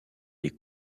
des